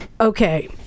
Okay